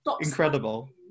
incredible